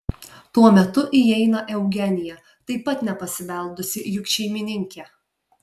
tuo metu įeina eugenija taip pat nepasibeldusi juk šeimininkė